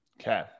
okay